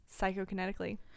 psychokinetically